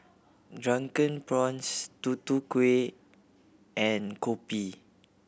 Drunken Prawns Tutu Kueh and kopi